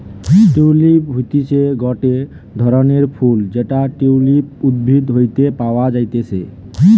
tulip হতিছে গটে ধরণের ফুল যেটা টিউলিপ উদ্ভিদ হইতে পাওয়া যাতিছে